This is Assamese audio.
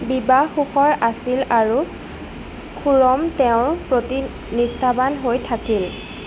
বিবাহ সুখৰ আছিল আৰু খুৰম তেওঁৰ প্ৰতি নিষ্ঠাবান হৈ থাকিল